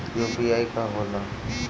UPI का होला?